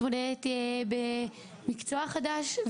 מתמודדת עם מקצוע חדש,